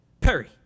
Perry